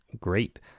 great